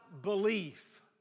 belief